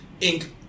Inc